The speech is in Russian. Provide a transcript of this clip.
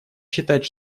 считать